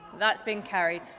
that's been carried.